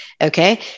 Okay